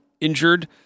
injured